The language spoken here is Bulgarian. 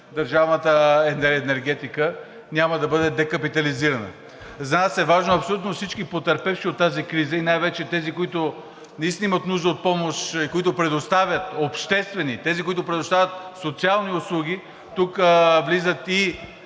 държавната енергетика няма да бъде декапитализирана. Знаят се – важно – абсолютно всички потърпевши от тази криза и най-вече тези, които наистина имат нужда от помощ, които предоставят обществени, тези, които предоставят социални услуги. Тук влизат и